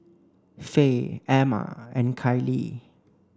Faye Amma and Kylie